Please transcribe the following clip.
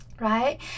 right